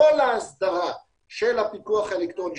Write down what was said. כל ההסדרה של הפיקוח האלקטרוני,